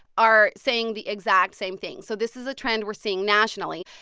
are saying the exact same thing. so this is a trend we're seeing nationally.